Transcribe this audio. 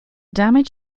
damage